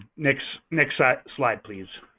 next next ah slide, please.